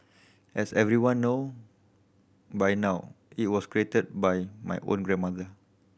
as everyone know by now it was created by my own grandmother